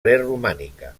preromànica